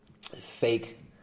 fake